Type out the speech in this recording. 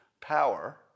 power